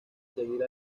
seguir